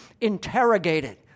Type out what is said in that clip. interrogated